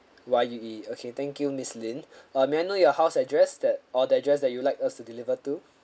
Y U E okay thank you miss Lin uh may I know your house address that or the address that you'd like us to deliver to